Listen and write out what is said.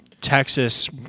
Texas